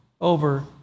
over